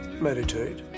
meditate